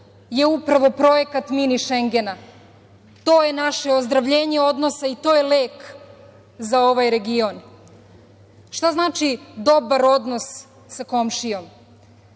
je upravo projekat „Mini šengena“. To je naše ozdravljenje odnosa i to je lek za ovaj region. Šta znači dobar odnos sa komšijom?